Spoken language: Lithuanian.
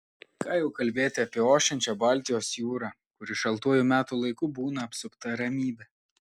ką jau kalbėti apie ošiančią baltijos jūrą kuri šaltuoju metų laiku būna apsupta ramybe